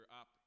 up